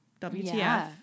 WTF